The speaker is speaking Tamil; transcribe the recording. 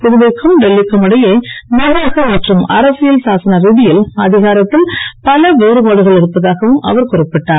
புதுவைக்கும் டெல்லிக்கும் இடையே நிர்வாக மற்றும் அரசியல் சாசன ரீதியில் அதிகாரத்தில் பல வேறு பாடுகள் இருப்பதாகவும் அவர் குறிப்பிட்டார்